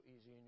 easy